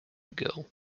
girl